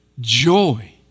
joy